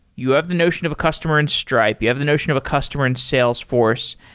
you have the notion of a customer in stripe. you have the notion of a customer in salesforce.